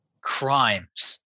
crimes